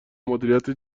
مدیریت